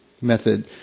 method